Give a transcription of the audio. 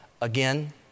again